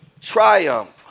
triumph